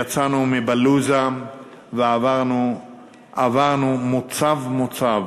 יצאנו מבלוזה ועברנו מוצב-מוצב,